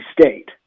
State